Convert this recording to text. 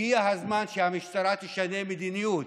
הגיע הזמן שהמשטרה תשנה מדיניות: